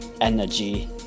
energy